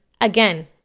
again